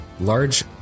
large